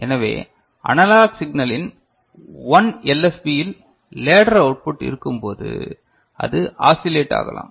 எனவே அனலாக் சிக்னலின் 1 LSB இல் லேடர் அவுட்புட் இருக்கும்போது அது ஆசிலெட் ஆகலாம்